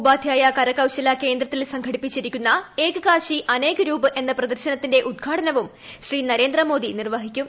ഉപാധ്യായ കരകൌശല കേന്ദ്രത്തിൽ സംഘടിപ്പിച്ചിരിക്കുന്ന ഏക്ക് കാശി അനേക് രൂപ് എന്ന പ്രദർശനത്തിന്റെ ഉദ്ഘാടനവും ശ്രീ മോദി നർവ്വഹിക്കും